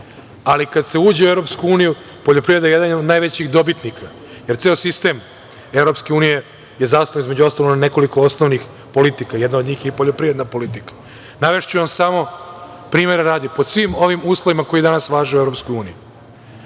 ali kad se uđe u EU poljoprivreda je jedan od najvećih dobitnika, jer ceo sistem EU je zasnovan, između ostalog, na nekoliko osnovnih politika. Jedna od njih je i poljoprivredna politika. Navešću vam samo, primera radi, pod svim ovim uslovima koji danas važe u EU,